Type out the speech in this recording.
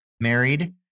married